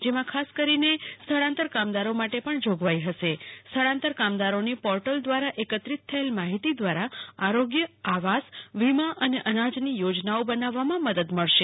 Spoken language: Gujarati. એમાં ખાસ કરીને સ્થળાંતર કામદારો માટે પણ જોગવાઈ હશે સ્થળાંતર કામદારોની પોર્ટલ દ્વારા એકત્રિત થયેલ માહિતી દ્વારા આરોગ્ય આવાસ વીમા અને એનાજની યોજનાઓ બનાવવામાં મદદ મળશે